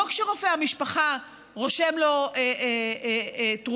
לא כשרופא המשפחה רושם לו תרופה,